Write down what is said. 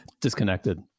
disconnected